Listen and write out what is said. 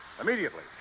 Immediately